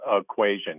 equation